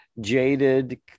jaded